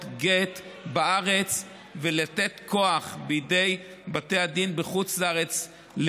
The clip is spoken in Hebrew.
גט בארץ ולתת כוח בידי בתי הדין בחוץ לארץ,